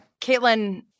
Caitlin